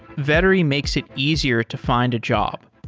vettery makes it easier to find a job.